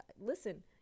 Listen